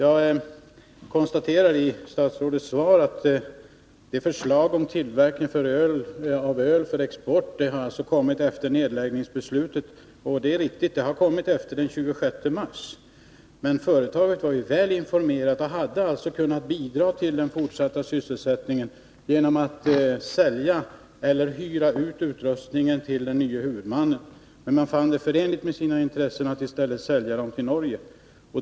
Av statsrådets 25 svar att döma har förslaget om tillverkning av öl för export kommit efter det att beslut fattats om nedläggning. Det är riktigt. Det kom nämligen efter den 26 mars. Men företaget var väl informerat och hade kunnat medverka till fortsatt sysselsättning genom att sälja eller att hyra ut utrustning till den nye huvudmannen. Man fann det emellertid vara förenligt med sina intressen att i stället sälja utrustningen till Norge.